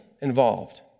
involved